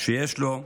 שיש לו,